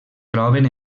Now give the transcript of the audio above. troben